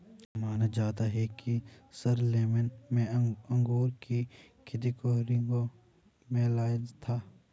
माना जाता है कि शारलेमेन ने अंगूर की खेती को रिंगौ में लाया था